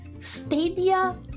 Stadia